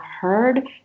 heard